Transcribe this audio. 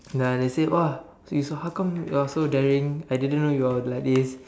ah they say !wah! you so how come you are so daring I didn't know you are like this